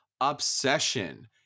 Obsession